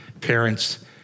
parents